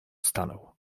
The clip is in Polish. stanął